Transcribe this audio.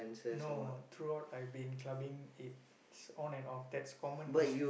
no throughout I been clubbing it's on and off that's common-ish